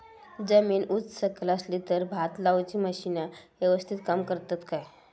जमीन उच सकल असली तर भात लाऊची मशीना यवस्तीत काम करतत काय?